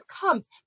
comes